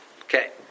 Okay